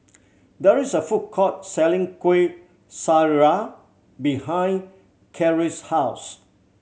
there is a food court selling Kueh Syara behind Kiera's house